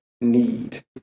need